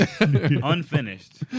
Unfinished